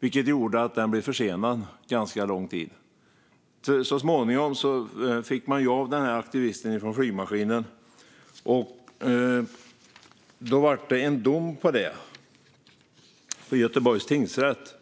vilket gjorde att den blev försenad ganska lång tid. Så småningom fick man av aktivisten från flygmaskinen, och sedan kom det en dom för detta i Göteborgs tingsrätt.